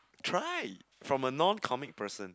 try from a non comic person